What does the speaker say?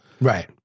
Right